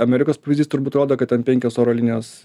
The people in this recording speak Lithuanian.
amerikos pavyzdys turbūt rodo kad ten penkios oro linijos